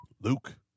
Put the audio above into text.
luke